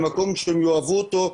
למקום שהם יאהבו אותו,